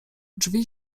drzwi